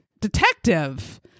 detective